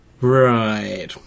Right